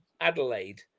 Adelaide